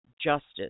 justice